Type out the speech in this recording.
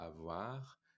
avoir